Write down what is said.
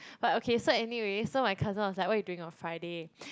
but okay so anyway so my cousin was like what you doing on Friday